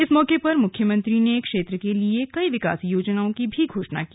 इस मौके पर मुख्यमंत्री ने क्षेत्र के लिए कई विकास योजनाओं की घोषणा की